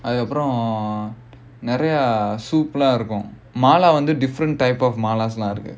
அதுக்கு அப்புறம் நிறைய:athukku appuram niraiya soup லாம் இருக்கும்:laam irukkum mala வந்து:vandhu different type of mala லாம் இருக்கு:laam irukku